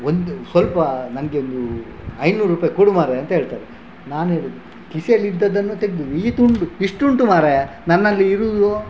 ಒಂದು ಸ್ವಲ್ಪ ನನಗೆ ಒಂದು ಐನೂರು ರೂಪಾಯಿ ಕೊಡು ಮಹರಾಯ ಅಂತ ಹೇಳ್ತಾರೆ ನಾನೇಳಿದೆ ಕಿಸೆಯಲ್ಲಿದ್ದದ್ದನ್ನು ತೆಗೆದು ಈತುಂಡು ಇಷ್ಟು ಉಂಟು ಮಾರಾಯ ನನ್ನಲ್ಲಿ ಇರುವುದು